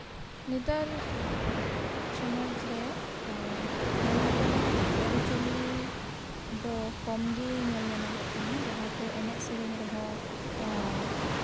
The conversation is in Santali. ᱱᱮᱛᱟᱨ ᱥᱚᱢᱟᱡᱨᱮ ᱦᱚᱲ ᱦᱚᱯᱚᱱᱟᱜ ᱟᱹᱨᱤᱪᱟᱹᱞᱤ ᱫᱚ ᱠᱚᱢᱜᱮ ᱧᱮᱞ ᱧᱟᱢᱚᱜ ᱠᱟᱱᱟ ᱡᱟᱦᱟᱸ ᱠᱚ ᱮᱱᱮᱡ ᱥᱮᱹᱨᱮᱹᱧ ᱨᱮᱦᱚᱸ